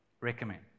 recommend